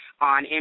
on